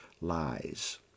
lies